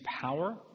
power